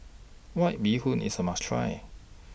White Bee Hoon IS A must Try